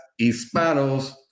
Hispanos